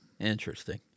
Interesting